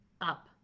up